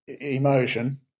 emotion